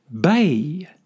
Bay